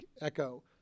echo